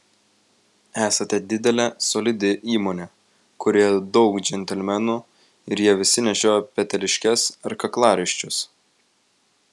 esate didelė solidi įmonė kurioje daug džentelmenų ir jie visi nešioja peteliškes ar kaklaraiščius